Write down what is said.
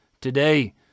today